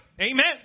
Amen